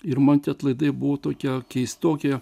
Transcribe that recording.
ir man tie atlaidai buvo tokie keistoki